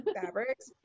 fabrics